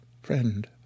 friend